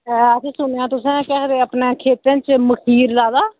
असें सुनेआ तुसें अपने खेत्तरें च मखीर लाए दा